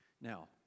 Now